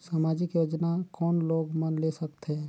समाजिक योजना कोन लोग मन ले सकथे?